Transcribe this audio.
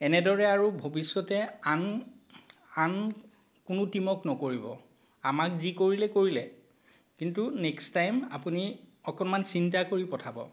এনেদৰে আৰু ভৱিষ্যতে আন আন কোনো টীমক নকৰিব আমাক যি কৰিলে কৰিলে কিন্তু নেক্সট টাইম আপুনি অকণমান চিন্তা কৰি পঠাব